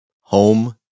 Home